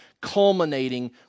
culminating